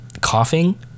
coughing